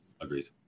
agreed